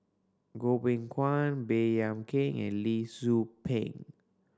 Goh Beng Kwan Baey Yam Keng and Lee Tzu Pheng